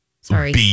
Sorry